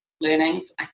learnings